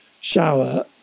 shower